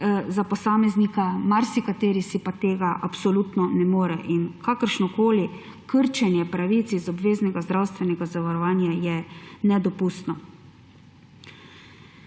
za posameznika, marsikdo si pa tega absolutno ne more; in kakršnokoli krčenje pravic iz obveznega zdravstvenega zavarovanja je nedopustno.